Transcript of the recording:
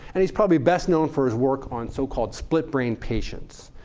and he's probably best known for his work on so-called split-brain patients.